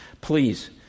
please